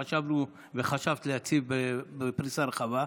האוטומטיים שחשבנו וחשבת להציב בפריסה רחבה,